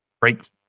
break